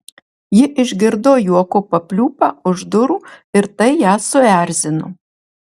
ji išgirdo juoko papliūpą už durų ir tai ją suerzino